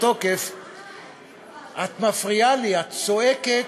את מפריעה לי, את צועקת.